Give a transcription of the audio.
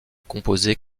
composé